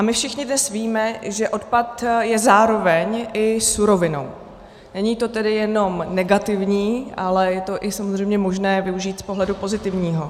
My všichni dnes víme, že odpad je zároveň i surovinou, není to tedy jenom negativní, ale je to samozřejmě možné využít i z pohledu pozitivního.